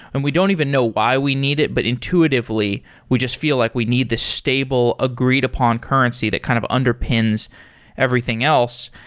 and we don't even know why we need it, but intuitively we just feel like we need the stable agreed-upon currency that kind of underpins everything else?